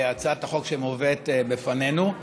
להצעת החוק שמובאת בפנינו.